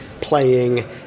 playing